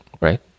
right